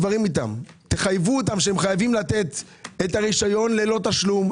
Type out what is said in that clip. תחייבו אותם שחייבים לתת את הרשיון ללא תשלום,